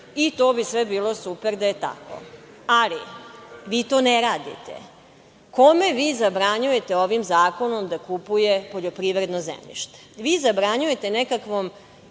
i to bi sve bilo super da je tako. Ali, vi to ne radite. Kome vi zabranjujte ovim zakonom da kupuje poljoprivredno zemljište? Vi zabranjujete nekakvom